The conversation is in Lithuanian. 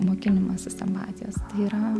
mokinimasis empatijos yra